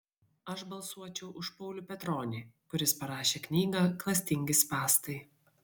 aš balsuočiau už paulių petronį kuris parašė knygą klastingi spąstai